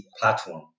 platform